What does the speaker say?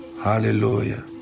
Hallelujah